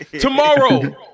Tomorrow